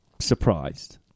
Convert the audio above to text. surprised